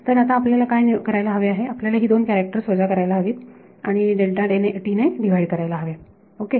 तर आता आपल्याला काय करायला हवे आपल्याला ही दोन कॅरेक्टर्स वजा करायला हवीत आणि ने डिवाइड करायला हवेत ओके